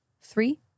three